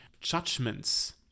judgments